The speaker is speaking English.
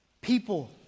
People